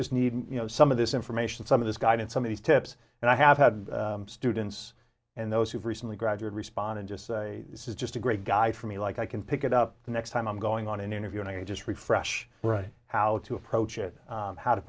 just need you know some of this information some of this guidance some of these tips and i have had students and those who've recently graduated respond and just say this is just a great guy for me like i can pick it up the next time i'm going on an interview and i just refresh right how to approach it how to